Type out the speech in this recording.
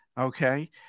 Okay